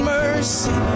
mercy